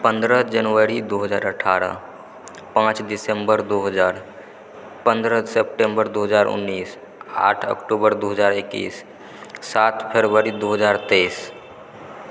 पन्द्रह जनवरी दू हजार अठारह पांँच दिसम्बर दू हजार पन्द्रह सेप्टेम्बर दू हजार उन्नैस आठ अक्टूबर दू हजार एकैस सात फरवरी दू हजार तेइस